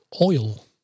oil